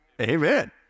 Amen